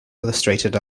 illustrated